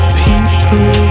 people